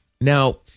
Now